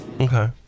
Okay